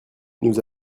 nous